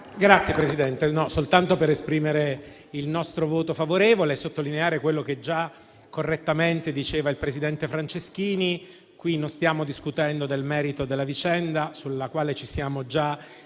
intervengo soltanto per esprimere il nostro voto favorevole e sottolineare quello che già correttamente ha detto il presidente Franceschini. Qui non stiamo discutendo del merito della vicenda, sulla quale ci siamo già